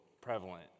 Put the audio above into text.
prevalent